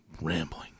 Rambling